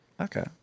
okay